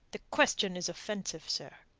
the question is offensive, sir.